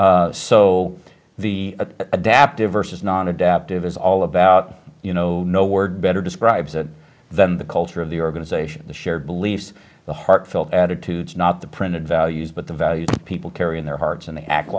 so the adaptive versus non adaptive is all about you know no word better describes it than the culture of the organization the shared beliefs the heartfelt attitudes not the printed values but the values people carry in their hearts and